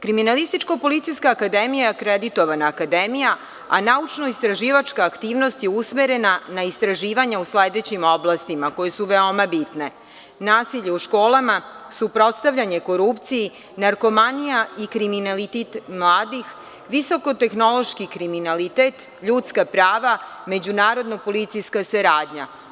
Kriminalističko-policijska akademija, je akreditovana akademija, a naučno-istraživačka aktivnost je usmerena na istraživanja u sledećim oblastima koja su veoma bitne: nasilje u školama, suprotstavljanje korupciji, narkomanija i kriminalitet mladih, visoko-tehnološki kriminalitet, ljudska prava, međunarodno-policijska saradnja.